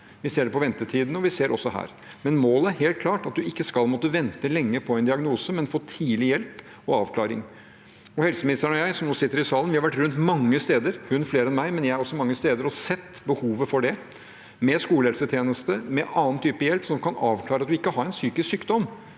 Vi ser det på ventetidene, og vi ser det også her. Men målet er helt klart: Man skal ikke måtte vente lenge på en diagnose, men få tidlig hjelp og avklaring. Helseministeren, som sitter i salen, og jeg har vært rundt mange steder – hun flere enn meg, men jeg har også vært mange steder – og sett behovet for det, med skolehelsetjeneste eller annen type hjelp som kan avklare at man ikke har en psykisk sykdom,